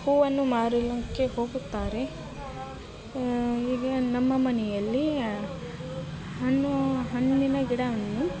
ಹೂವನ್ನು ಮಾರಲಿಕ್ಕೆ ಹೋಗುತ್ತಾರೆ ಈಗ ನಮ್ಮ ಮನೆಯಲ್ಲಿ ಹಣ್ಣು ಹಣ್ಣಿನ ಗಿಡವನ್ನು